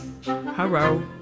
Hello